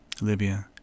libya